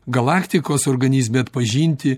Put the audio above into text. galaktikos organizme atpažinti